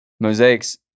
Mosaic's